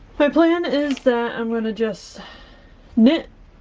my plan is that i'm gonna just knit